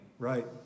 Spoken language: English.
Right